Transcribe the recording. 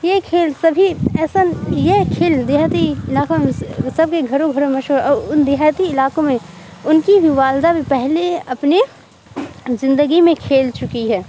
یہ کھیل سبھی ایسا یہ کھیل دیہاتی علاقوں میں سب کے گھروں گھروں مشہور اور ان دیہاتی علاقوں میں ان کی بھی والدہ بھی پہلے اپنے زندگی میں کھیل چکی ہے